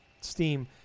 steam